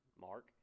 Mark